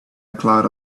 cloud